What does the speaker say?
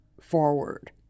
forward